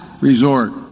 resort